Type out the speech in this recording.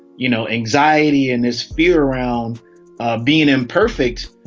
you know, anxiety and this fear around being imperfect,